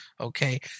Okay